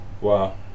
Wow